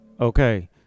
Okay